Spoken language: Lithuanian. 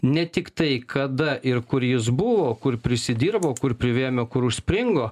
ne tik tai kada ir kur jis buvo kur prisidirbo kur privėmė kur užspringo